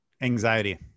Anxiety